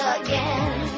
again